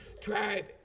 tried